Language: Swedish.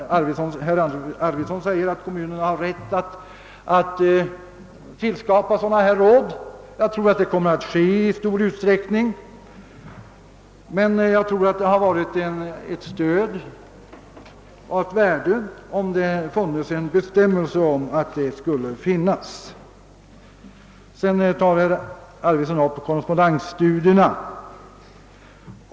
Herr Arvidson sade att kommunerna redan har rätt att inrätta sådana utbildningsråd, och det tror jag också att de kommer att göra i stor utsträckning. Men det skulle säkerligen vara av värde med bestämmelser om att det skall finnas sådana råd. Sedan tog herr Arvidson upp frågan om korrespondensstudierna.